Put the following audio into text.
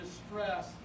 distress